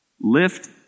lift